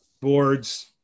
boards